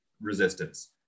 resistance